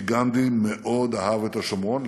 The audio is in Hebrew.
כי גנדי מאוד אהב את השומרון,